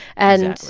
and.